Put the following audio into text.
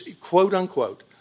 quote-unquote